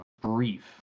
brief